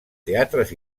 teatres